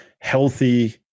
healthy